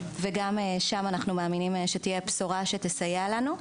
וגם שם אנחנו מאמינים שתהיה בשורה שתסייע לנו.